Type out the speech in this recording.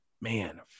man